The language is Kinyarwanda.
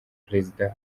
perezida